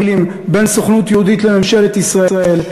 בין הסוכנות היהודית לממשלת ישראל,